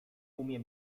umie